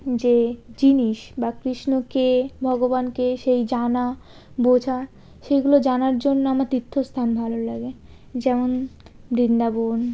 যে জিনিস বা কৃষ্ণকে ভগবানকে সেই জানা বোঝা সেগুলো জানার জন্য আমার তীর্থস্থান ভালো লাগে যেমন বৃন্দাবন